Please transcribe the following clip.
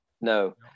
No